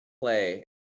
play